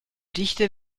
dichte